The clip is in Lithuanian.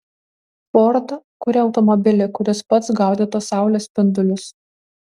ford kuria automobilį kuris pats gaudytų saulės spindulius